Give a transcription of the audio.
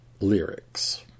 lyrics